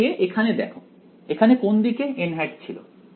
পিছিয়ে গিয়ে এখানে দেখো এখানে কোন দিকে ছিল